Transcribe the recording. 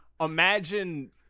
Imagine